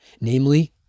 Namely